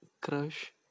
crush